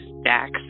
stacks